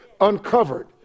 uncovered